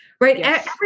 right